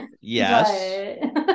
yes